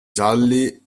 gialli